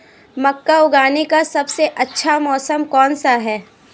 मक्का उगाने का सबसे अच्छा मौसम कौनसा है?